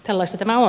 tällaista tämä on